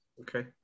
okay